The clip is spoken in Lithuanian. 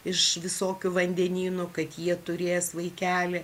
iš visokių vandenynų kad jie turės vaikelį